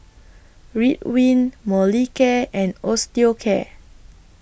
Ridwind Molicare and Osteocare